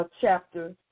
chapter